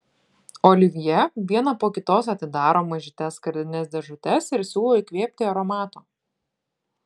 olivjė vieną po kitos atidaro mažytes skardines dėžutes ir siūlo įkvėpti aromato